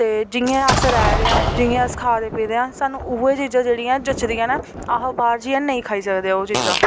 ते जियां अस रैह् दे आं जियां अस खा दे पी दे हा सानू उ'यै चीजां जेह्ड़ियां न जचदियां न अह् बाह्र जाइयै नेईं खाई सकदे ओह् चीजां